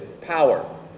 power